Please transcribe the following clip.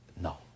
No